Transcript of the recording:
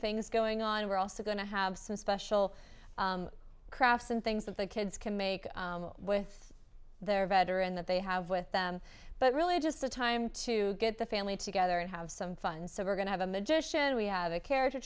things going on we're also going to have some special crafts and things that the kids can make with their veteran that they have with them but really just a time to get the family together and have some fun so we're going to have a magician we have a car